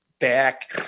back